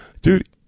dude